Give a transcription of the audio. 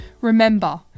Remember